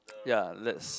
ya let's